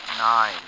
Nine